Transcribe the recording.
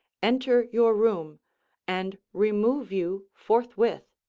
enter your room and remove you forthwith.